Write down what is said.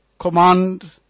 command